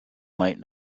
might